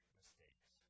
mistakes